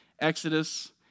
Exodus